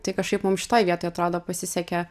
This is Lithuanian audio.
tai kažkaip mum šitoj vietoj atrodo pasisekė